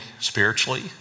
spiritually